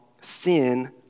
sin